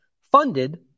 Funded